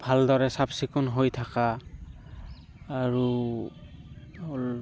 ভালদৰে চাফ চিকুণ হৈ থকা আৰু হ'ল